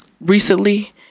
recently